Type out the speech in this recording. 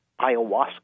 ayahuasca